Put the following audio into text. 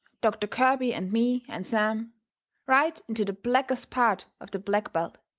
doctor kirby and me and sam right into the blackest part of the black belt.